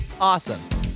Awesome